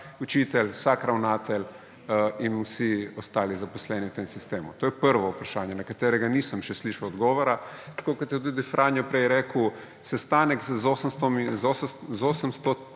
učitelj, vsak ravnatelj in vsi ostali zaposleni v tem sistemu? To je prvo vprašanje, na katerega še nisem slišal odgovora. Tako kot je tudi Franjo prej rekel, sestanek z